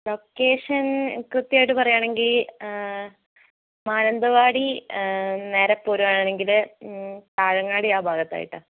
location കൃത്യമായിട്ട് പറയാണെങ്കിൽ ആ മാനന്തവാടി നേരെ പൊരാണെങ്കിൽ താഴങ്ങാടി ആ ഭാഗത്തായിട്ടാണ്